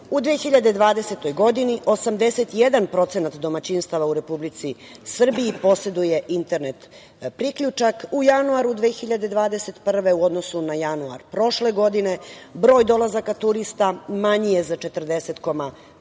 U 2020. godini 81% domaćinstava u Republici Srbiji poseduje internet priključak. U januaru 2021. godine u odnosu na januar prošle godine broj dolazaka turista manji je za 40,4%.